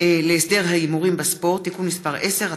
להסדר ההימורים בספורט (תיקון מס' 10),